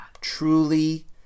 truly